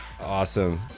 Awesome